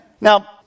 Now